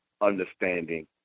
understanding